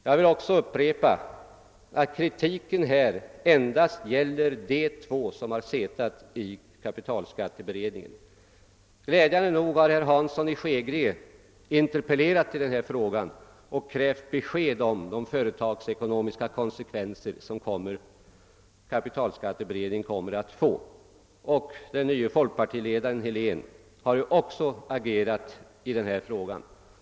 Jag vill upprepa att denna kritik endast gäller de två mittenpartister som suttit med i kapitalskatteberedningen. Glädjande nog har herr Hansson i Skegrie interpellerat i denna fråga och krävt besked om de företagsekonomiska konsekvenser som kapitalskatteberedningens förslag kommer att få, och den nye folkpartiledaren Helén har också agerat i denna sak.